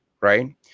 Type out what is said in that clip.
right